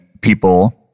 people